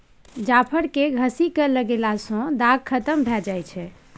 जाफर केँ घसि कय लगएला सँ दाग खतम भए जाई छै